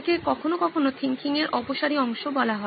একে কখনও কখনও থিংকিং এর অপসারী অংশ বলা হয়